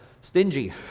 stingy